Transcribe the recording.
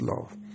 love